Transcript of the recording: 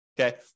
okay